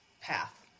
path